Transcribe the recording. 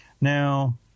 Now